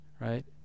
right